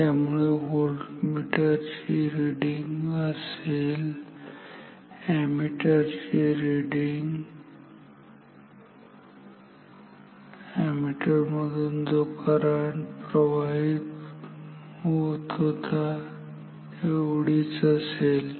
त्यामुळे ही व्होल्टमीटर ची रिडींग असेल आणि एमीटर ची रिडींग एमीटर मधून जो करंट प्रवाहित होतात एवढीच असेल